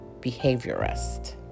behaviorist